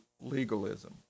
legalism